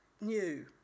new